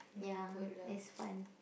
ya it's fun